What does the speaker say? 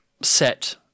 set